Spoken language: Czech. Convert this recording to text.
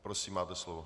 Prosím, máte slovo.